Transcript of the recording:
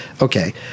okay